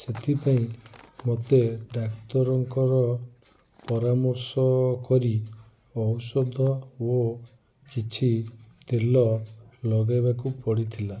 ସେଥିପାଇଁ ମୋତେ ଡ଼ାକ୍ତରଙ୍କର ପରାମର୍ଶ କରି ଔଷଧ ଓ କିଛି ତେଲ ଲଗାଇବାକୁ ପଡ଼ିଥିଲା